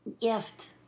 gift